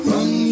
Run